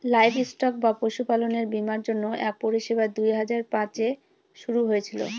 livestock বা পশুপালনের বীমার জন্য এক পরিষেবা দুই হাজার পাঁচে শুরু হয়েছিল